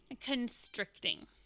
Constricting